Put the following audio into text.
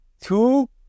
Two